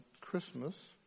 Christmas